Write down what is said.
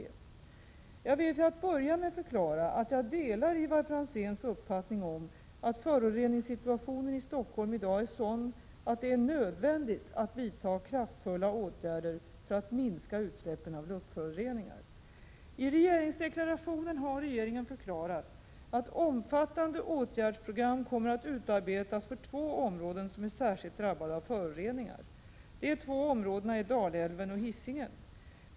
Jag vill till att börja med förklara att jag delar Ivar Franzéns uppfattning om att föroreningssituationen i Stockholm i dag är sådan att det är nödvändigt att vidta kraftfulla åtgärder för att minska utsläppen av luftföroreningar. I regeringsdeklarationen har regeringen förklarat att omfattande åtgärdsprogram kommer att utarbetas för två områden som är särskilt drabbade av föroreningar. De två områdena är Dalälven och Hisingen.